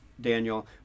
Daniel